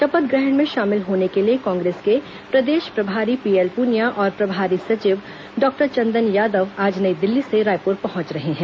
शपथ ग्रहण में शामिल होने के लिए कांग्रेस के प्रदेश प्रभारी पीएल प्रनिया और प्रभारी सचिव डॉक्टर चंदन यादव आज नई दिल्ली से रायप्र पहुंच रहे हैं